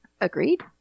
Agreed